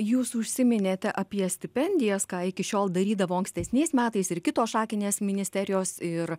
jūs užsiminėte apie stipendijas ką iki šiol darydavo ankstesniais metais ir kitos šakinės ministerijos ir